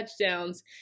touchdowns